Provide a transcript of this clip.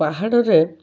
ପାହାଡ଼ରେ